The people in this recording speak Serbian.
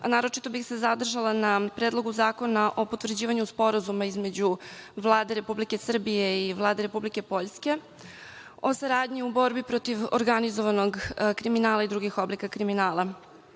Naročito bih se zadržala na Predlogu zakona o potvrđivanju sporazuma između Vlade Republike Srbije i Vlade Republike Poljske, o saradnji u borbi protiv organizovanog kriminala i drugih oblika kriminala. Upravo